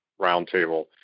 roundtable